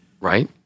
Right